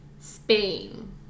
Spain